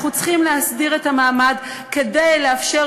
אנחנו צריכים להסדיר את המעמד כדי לאפשר